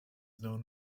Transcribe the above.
known